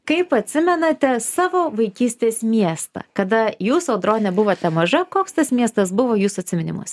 kaip atsimenate savo vaikystės miestą kada jūs audrone buvote maža koks tas miestas buvo jūsų atsiminimuose